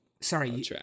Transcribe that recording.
sorry